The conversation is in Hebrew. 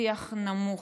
שיח נמוך,